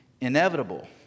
inevitable